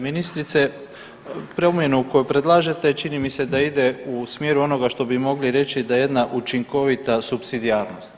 Ministrice promjenu koju predlažete čini mi da ide u smjeru onoga što bi mogli reći da je jedna učinkovita supsidijarnost.